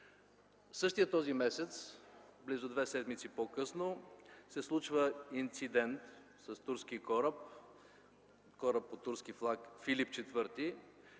Същия този месец – близо две седмици по-късно, се случва инцидент с турски кораб, кораб под турски флаг „Филип ІV”,